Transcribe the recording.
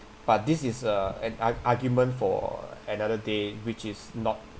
but this is uh an arg~ argument for another day which is not